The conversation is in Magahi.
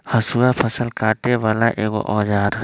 हसुआ फ़सल काटे बला एगो औजार हई